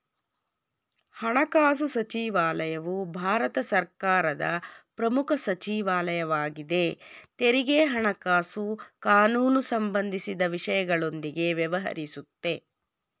ಹಣಕಾಸು ಸಚಿವಾಲಯವು ಭಾರತ ಸರ್ಕಾರದ ಪ್ರಮುಖ ಸಚಿವಾಲಯವಾಗಿದೆ ತೆರಿಗೆ ಹಣಕಾಸು ಕಾನೂನು ಸಂಬಂಧಿಸಿದ ವಿಷಯಗಳೊಂದಿಗೆ ವ್ಯವಹರಿಸುತ್ತೆ